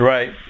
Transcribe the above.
Right